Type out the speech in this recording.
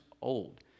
old